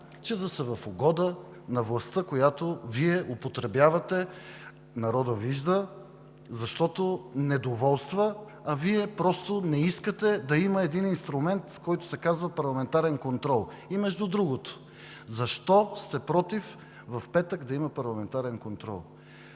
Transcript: че да са в угода на властта, която Вие употребявате. Народът вижда, защото недоволства, а Вие просто не искате да има един инструмент, който се казва парламентарен контрол. Между другото, защо сте против в петък да има парламентарен контрол?